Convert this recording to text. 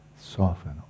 Soften